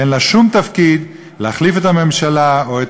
אין לה שום תפקיד להחליף את הממשלה או את